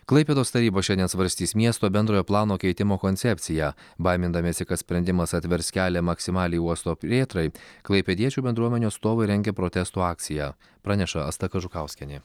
klaipėdos taryba šiandien svarstys miesto bendrojo plano keitimo koncepciją baimindamiesi kad sprendimas atvers kelią maksimaliai uosto plėtrai klaipėdiečių bendruomenių atstovai rengia protesto akciją praneša asta kažukauskienė